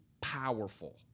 powerful